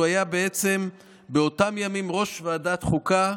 היה באותם ימים ראש ועדת החוקה,